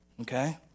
Okay